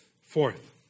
Fourth